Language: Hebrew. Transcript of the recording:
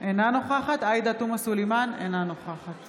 אינה נוכחת עאידה תומא סלימאן, אינה נוכחת